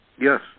Yes